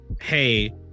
hey